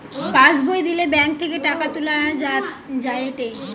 pass বই দিলে bank থেকে টাকা তুলা যায়েটে